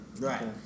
right